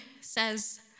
says